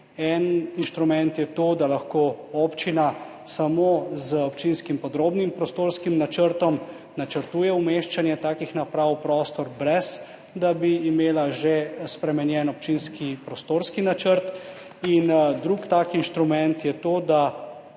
En inštrument je to, da lahko občina samo z občinskim podrobnim prostorskim načrtom načrtuje umeščanje takih naprav v prostor, brez da bi imela že spremenjen občinski prostorski načrt. Drug tak inštrument je to, da